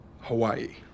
Hawaii